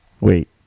Wait